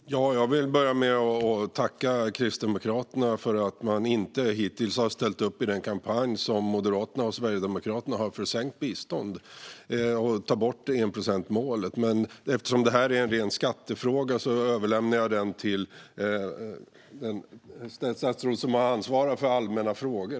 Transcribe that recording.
Fru talman! Jag vill börja med att tacka Kristdemokraterna för att de hittills inte har ställt upp i den kampanj som Moderaterna och Sverigedemokraterna har när det gäller sänkt bistånd och att ta bort enprocentsmålet. Eftersom det här är en ren skattefråga överlämnar jag den till det statsråd som har ansvar för att besvara allmänna frågor.